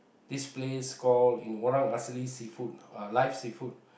this place call in Orang Asli seafood uh live seafood